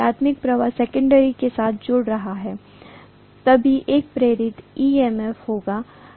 प्राथमिक प्रवाह सेकन्डेरी के साथ जोड़ रहा है तभी एक प्रेरित EMF होगा